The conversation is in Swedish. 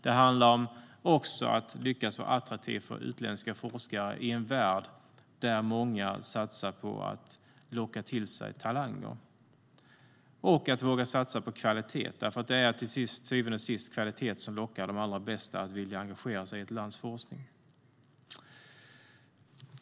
Det handlar också om att lyckas vara attraktiv för utländska forskare i en värld där många satsar på att locka till sig talanger och att våga satsa på kvalitet, därför att det är till syvende och sist kvalitet som lockar de allra flesta att engagera sig i ett lands forskning.